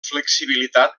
flexibilitat